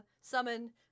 summon